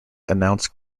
announced